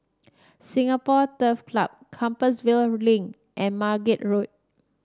Singapore Turf Club Compassvale Link and Margate Road